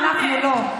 תגידו לו.